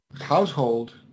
household